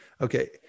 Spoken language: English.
Okay